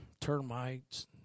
termites